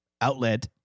outlet